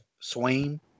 Swain